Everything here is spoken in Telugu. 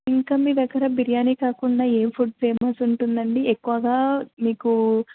ఇంకా మీ దగ్గర బిర్యానీ కాకుండా ఏ ఫుడ్ ఫేమస్ ఉంటుందండి ఎక్కువగా మీకు